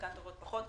חלקן טובות פחות,